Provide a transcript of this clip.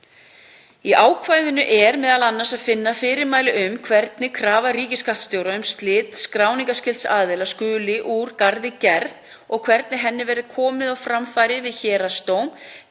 Í ákvæðinu er m.a. að finna fyrirmæli um hvernig krafa ríkisskattstjóra um slit skráningarskylds aðila skuli úr garði gerð og hvernig henni verður komið á framfæri við héraðsdóm,